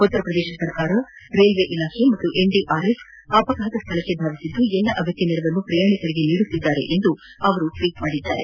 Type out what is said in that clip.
ಉತ್ತರ ಪ್ರದೇಶ ಸರ್ಕಾರ ರೈಲ್ವೆ ಹಾಗೂ ಎನ್ಡಿಆರ್ಎಫ್ ಅಪಘಾತ ಸ್ಥಳಕ್ಕೆ ಧಾವಿಸಿ ಎಲ್ಲ ಅಗತ್ಯ ನೆರವನ್ನು ಪ್ರಯಾಣಿಕರಿಗೆ ನೀಡುತ್ತಿದ್ದಾರೆ ಎಂದು ಅವರು ಟ್ವೇಟ್ನಲ್ಲಿ ತಿಳಿಸಿದ್ದಾರೆ